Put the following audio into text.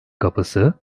kapısı